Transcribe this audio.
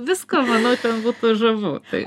visko manau ten būtų žavu tai